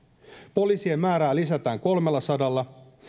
poliisien määrää lisätään kolmellasadalla